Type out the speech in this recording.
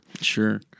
Sure